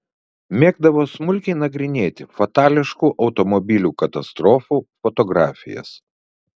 mėgdavo smulkiai nagrinėti fatališkų automobilių katastrofų fotografijas